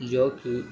جو کہ